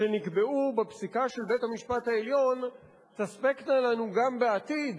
שנקבעו בפסיקה של בית-המשפט העליון תספקנה לנו גם בעתיד